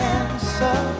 answer